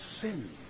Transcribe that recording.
sin